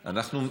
קיצוני.